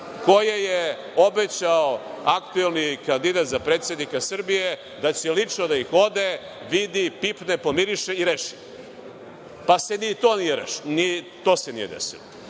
koje je obećao aktuelni kandidat za predsednika Srbije, da će lično da ode, vidi, pipne, pomiriše i reši, pa se ni to nije desilo.